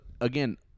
again